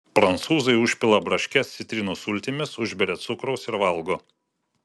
prancūzai užpila braškes citrinų sultimis užberia cukraus ir valgo